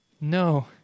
No